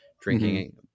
drinking